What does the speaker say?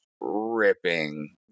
ripping